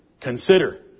consider